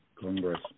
Congress